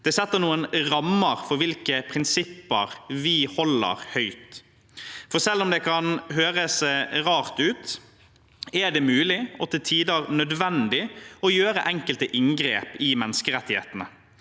De setter noen rammer for hvilke prinsipper vi holder høyt. Selv om det kan høres rart ut, er det mulig, og til tider nødvendig, å gjøre enkelte inngrep i menneskerettighetene,